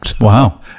Wow